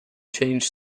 changed